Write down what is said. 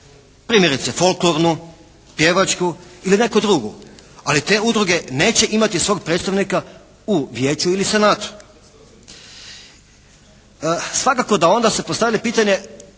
Primjerice, folklornu, pjevačku ili neku drugu. Ali te udruge neće imati svog predstavnika u Vijeću ili Senatu. Svakako da onda se postavlja pitanje